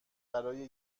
برای